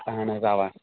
اَہَن حظ اَوا